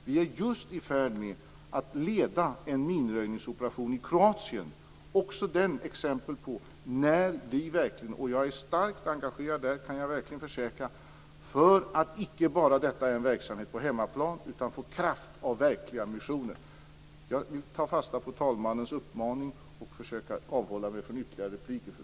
Vi är just i färd med att leda en minröjningsoperation i Kroatien. Det är också ett exempel på att detta inte bara är en verksamhet på hemmaplan, och jag kan försäkra att jag är starkt engagerad där. Vi måste få kraft av verkliga missioner. Jag vill ta fasta på talmannens uppmaning och försöka avhålla mig från ytterligare repliker.